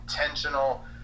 intentional